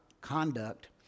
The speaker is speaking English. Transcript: conduct